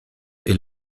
est